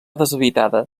deshabitada